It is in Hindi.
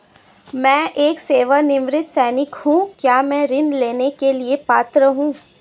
मैं एक सेवानिवृत्त सैनिक हूँ क्या मैं ऋण लेने के लिए पात्र हूँ?